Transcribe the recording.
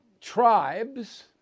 tribes